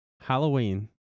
Halloween